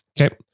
Okay